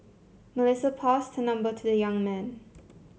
Melissa passed her number to the young man